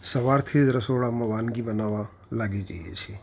સવારથી જ રસોડામાં વાનગી બનાવવા લાગી જાઇએ છીએ